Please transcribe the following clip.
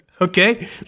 Okay